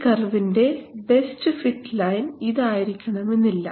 ഈ കർവിന്റെ best fit line ഇത് ആയിരിക്കണമെന്നില്ല